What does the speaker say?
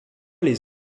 les